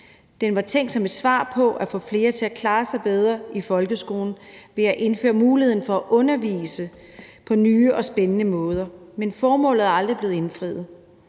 Den var tænkt som et svar på at få flere til at klare sig bedre i folkeskolen ved at indføre muligheden for at undervise på nye og spændende måder, men formålet er aldrig blevet indfriet.